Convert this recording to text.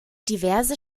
diverse